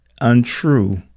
untrue